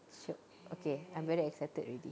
shiok okay I'm very excited already